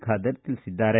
ಖಾದರ್ ತಿಳಿಸಿದ್ದಾರೆ